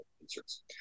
inserts